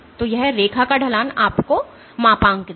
तो यह रेखा का ढलान आपको मापांक देगा